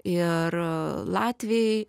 ir latviai